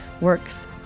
works